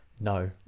no